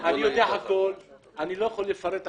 אני לא יכול לפרט עכשיו.